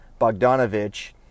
Bogdanovich